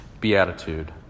beatitude